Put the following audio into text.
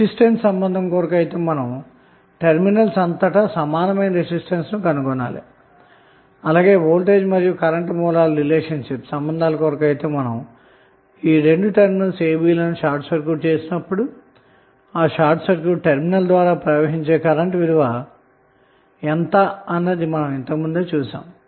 resistance కొరకు అయితే మనం టెర్మినల్స్ అంతటా గల ఈక్వివలెంట్ రెసిస్టెన్స్ కనుక్కోవటానికి ప్రయత్నించాలి అలాగే వోల్టేజ్ మరియు కరెంటు సోర్స్ ల మధ్య గల సంబంధం కొరకు అయితే మనం టెర్మినల్స్ a b లను షార్ట్ సర్క్యూట్ చేసి ఆ షార్ట్ సర్క్యూట్ టెర్మినల్స్ ద్వారా ప్రవహించే కరెంటు విలువ యెంత అన్నది తెలుసుకోవచ్చు